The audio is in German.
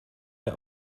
der